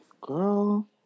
girl